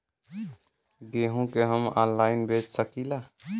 गेहूँ के हम ऑनलाइन बेंच सकी ला?